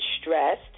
stressed